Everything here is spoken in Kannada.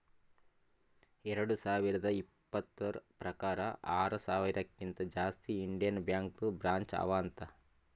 ಎರಡು ಸಾವಿರದ ಇಪ್ಪತುರ್ ಪ್ರಕಾರ್ ಆರ ಸಾವಿರಕಿಂತಾ ಜಾಸ್ತಿ ಇಂಡಿಯನ್ ಬ್ಯಾಂಕ್ದು ಬ್ರ್ಯಾಂಚ್ ಅವಾ ಅಂತ್